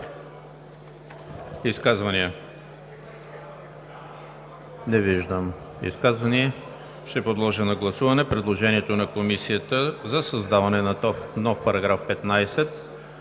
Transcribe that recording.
Изказвания? Не виждам